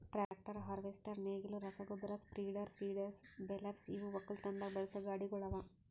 tractor, harvester, ನೇಗಿಲು, ರಸಗೊಬ್ಬರ spreader, seeders, balers ಇವು ಒಕ್ಕಲತನದಾಗ್ ಬಳಸಾ ಗಾಡಿಗೊಳ್ ಅವಾ